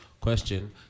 Question